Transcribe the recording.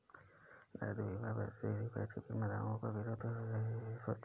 दायित्व बीमा को तृतीय पक्ष बीमा दावों के विरुद्ध विशिष्ट सुरक्षा प्रदान करने के लिए बनाया गया है